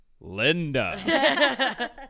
Linda